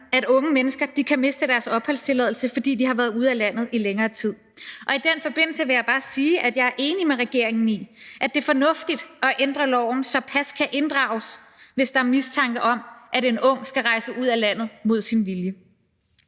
at unge mennesker kan miste deres opholdstilladelse, fordi de har været ude af landet i længere tid. I den forbindelse vil jeg bare sige, at jeg er enig med regeringen i, at det er fornuftigt at ændre loven, så pas kan inddrages, hvis der er mistanke om, at en ung skal rejse ud af landet mod sin vilje.